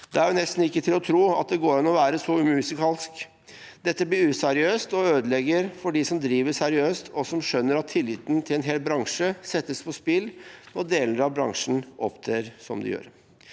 Det er nesten ikke til å tro at det går an å være så umusikalsk. Dette blir useriøst og ødelegger for dem som driver seriøst, og som skjønner at tilliten til en hel bransje settes på spill når deler av bransjen opptrer som de gjør.